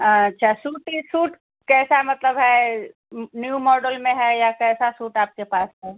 अच्छा सूट ये सूट कैसा मतलब है न्यू मॉडल में है या कैसा सूट आपके पास है